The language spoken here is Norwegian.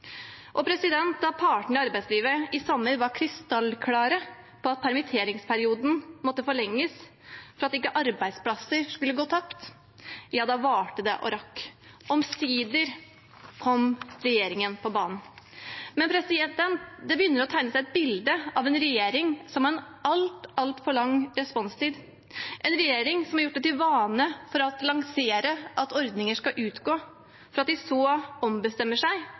Da partene i arbeidslivet i sommer var krystallklare på at permitteringsperioden måtte forlenges for at ikke arbeidsplasser skulle gå tapt, varte og rakk det. Omsider kom regjeringen på banen. Det begynner å tegne seg et bilde av en regjering som har en altfor lang responstid, en regjering som har gjort det til en vane å lansere at ordninger skal utgå, for så å ombestemme seg